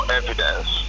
evidence